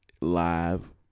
live